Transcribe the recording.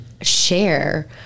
share